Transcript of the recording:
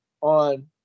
on